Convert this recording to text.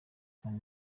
none